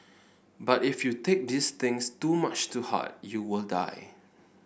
but if you take these things too much to heart you will die